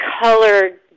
colored